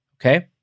okay